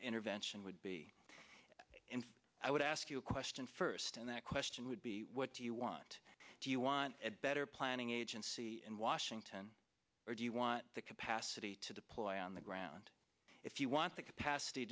intervention would be in i would ask you a question first and that question would be what do you want do you want a better planning agency in washington or do you want the capacity to deploy on the ground if you want the capacity